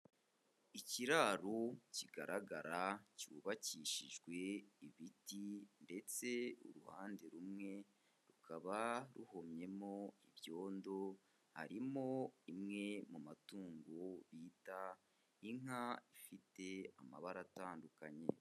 Ikiraro kigaragara cyubakishijwe ibiti ndetse uruhande rumwe rukaba ruhomyemo ibyondo, harimo imwe mu matungo bita inka ifite amabara atandukanye.